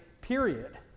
period